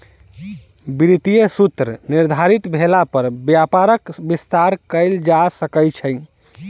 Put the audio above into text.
वित्तीय सूत्र निर्धारित भेला पर व्यापारक विस्तार कयल जा सकै छै